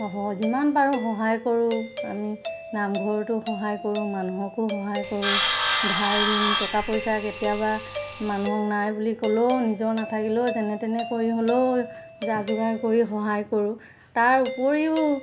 সহ যিমান পাৰোঁ সহায় কৰোঁ আমি নামঘৰতো সহায় কৰোঁ মানুহকো সহায় কৰোঁ ধাৰ ঋণ টকা পইচা কেতিয়াবা মানুহক নাই বুলি ক'লেও নিজৰ নাথাকিলেও যেনে তেনে কৰি হ'লেও যা যোগাৰ কৰি সহায় কৰোঁ তাৰ উপৰিও